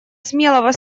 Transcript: смелого